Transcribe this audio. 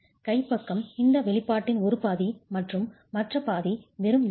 கை பக்கம் இந்த வெளிப்பாட்டின் ஒரு பாதி மற்றும் மற்ற பாதி வெறும் எஃகு